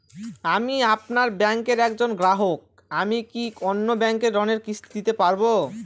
আমি আপনার ব্যাঙ্কের একজন গ্রাহক আমি কি অন্য ব্যাঙ্কে ঋণের কিস্তি দিতে পারবো?